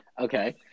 Okay